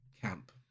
Camp